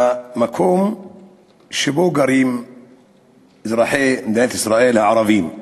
במקום שבו גרים אזרחי מדינת ישראל הערבים.